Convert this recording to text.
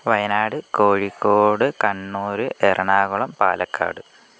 Wayanad Kozhikode Kannur Ernakulam Palakkad